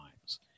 times